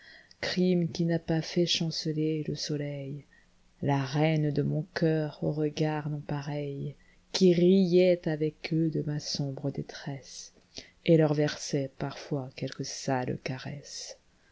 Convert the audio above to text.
crime qui n'a pas fait chanceler le soleil la reine de mon cœur au regard nonpareil qui riait avec eux de ma sombre détresseet leur versait parfois quelque sale caresse